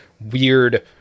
weird